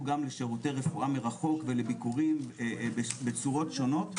גם לשירותי רפואה מרחוק ולביקורים בצורות שונות,